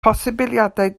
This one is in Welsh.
posibiliadau